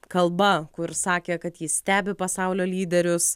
kalba kur sakė kad ji stebi pasaulio lyderius